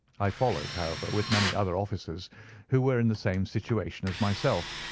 i followed, however, with many other officers who were in the same situation as myself,